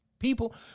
People